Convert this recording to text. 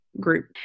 group